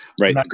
right